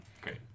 great